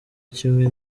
kimwe